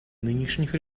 нынешних